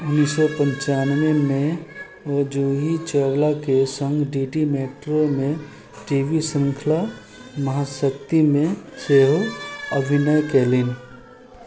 उन्नैस सए पंचानबे मे ओ जूही चावलाके सङ्ग डी डी मेट्रोके टी भी श्रृंखला महाशक्तिमे सेहो अभिनय केलनि